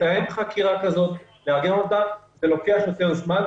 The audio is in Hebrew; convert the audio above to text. לתעד חקירה כזאת, לארגן אותה, זה לוקח יותר זמן.